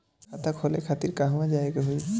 खाता खोले खातिर कहवा जाए के होइ?